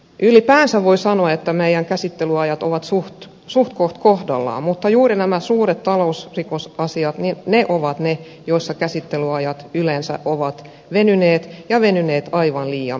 ylipäänsä voi sanoa että meidän käsittelyajat ovat suhtkoht kohdallaan mutta juuri nämä suuret talousrikosasiat ovat ne joissa käsittelyajat yleensä ovat venyneet ja venyneet aivan liian pitkiksi